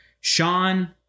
Sean